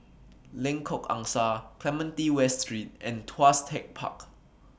Lengkok Angsa Clementi West Street and Tuas Tech Park